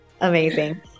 Amazing